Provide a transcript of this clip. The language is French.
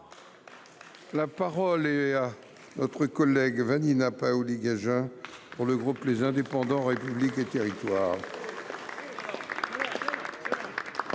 La parole est à Mme Vanina Paoli Gagin, pour le groupe Les Indépendants – République et Territoires.